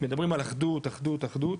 מדברים על אחדות, אחדות, אחדות,